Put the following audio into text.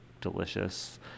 delicious